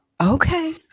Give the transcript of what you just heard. Okay